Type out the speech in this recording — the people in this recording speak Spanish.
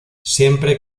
siempre